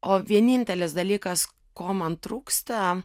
o vienintelis dalykas ko man trūksta